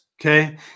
Okay